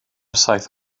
saith